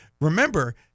Remember